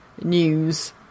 news